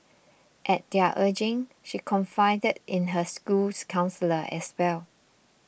at their urging she confided in her school's counsellor as well